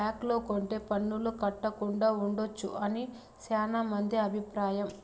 black లో కొంటె పన్నులు కట్టకుండా ఉండొచ్చు అని శ్యానా మంది అభిప్రాయం